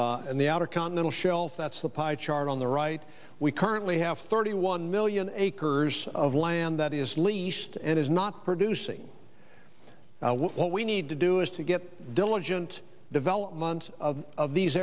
and the outer continental shelf that's the pie chart on the right we currently have thirty one million acres of land that is least and is not producing what we need to do is to get diligent development of of these